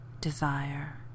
desire